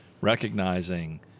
recognizing